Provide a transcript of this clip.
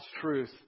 truth